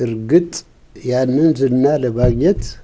and it's